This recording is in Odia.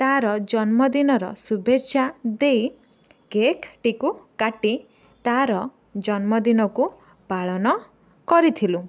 ତା'ର ଜନ୍ମଦିନର ଶୁଭେଚ୍ଛା ଦେଇ କେକ୍ଟିକୁ କାଟି ତା'ର ଜନ୍ମଦିନକୁ ପାଳନ କରିଥିଲୁ